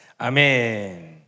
Amen